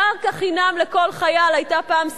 "קרקע חינם לכל חייל" היתה פעם ססמה.